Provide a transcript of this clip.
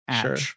Sure